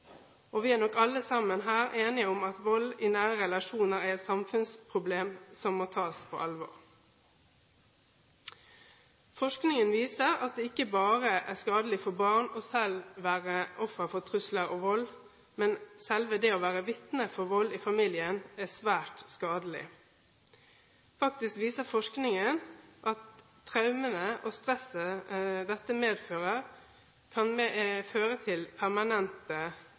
av. Vi er nok alle her enige om at vold i nære relasjoner er et samfunnsproblem som må tas på alvor. Forskningen viser at det ikke bare er skadelig for barn selv å være offer for trusler og vold, men det å være vitne til vold i familien er svært skadelig. Faktisk viser forskningen at traumene og stresset dette medfører, kan føre til permanente